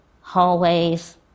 hallways